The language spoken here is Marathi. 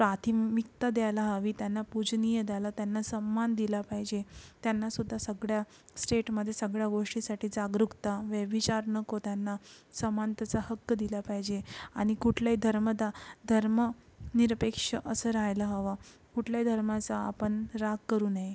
प्राथमिकता द्यायला हवी त्यांना पूजनीय द्यायला त्यांना सन्मान दिला पाहिजे त्यांनासुद्धा सगळया स्टेटमध्ये सगळ्या गोष्टीसाठी जागरूकता व्यभिचार नको त्यांना समानतेचा हक्क दिला पाहिजे आणि कुठलेही धरमदा धर्मनिरपेक्ष असं राहायला हवं कुठल्याही धर्माचा आपण राग करू नये